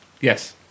Yes